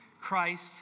Christ